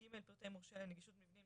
(ג) פרטי מורשה לנגישות מבנים,